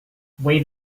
weigh